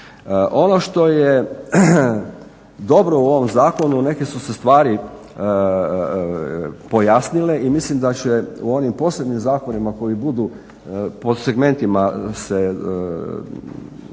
Ono što je dobro u ovom zakonu, neke su se stvari pojasnile i mislim da će u onim posljednjim zakonima koji budu po segmentima se radili,